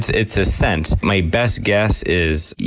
it's a scent. my best guess is,